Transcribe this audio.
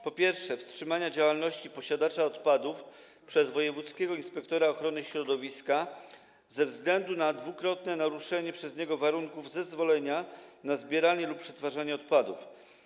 Po pierwsze, wstrzymania działalności posiadacza odpadów przez wojewódzkiego inspektora ochrony środowiska ze względu na dwukrotne naruszenie przez niego warunków zezwolenia na zbieranie lub przetwarzanie odpadów.